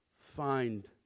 find